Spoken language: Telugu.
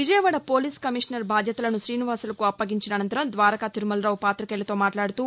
విజయవాడ పోలీస్ కమిషనర్ బాధ్యతలను తీనివాసులకు అప్పగించిన అనంతరం ద్వారకా తిరుమలరావు పాతికేయులతో మాట్లాడుతూ